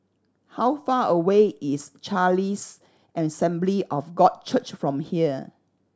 how far away is Charis Assembly of God Church from here